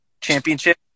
Championship